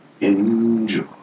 Enjoy